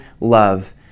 love